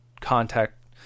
contact